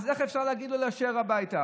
התחשבות.